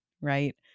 Right